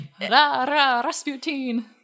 Rasputin